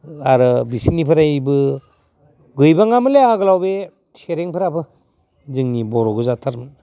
आरो बिसिनिफ्रायबो गैबाङामोनलै आगोलाव बे सेरेंफोराबो जोंनि बर'गोजाथारमोन